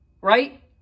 right